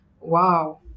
Wow